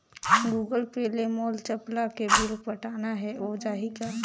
Google Pay ले मोल चपला के बिल पटाना हे, हो जाही का?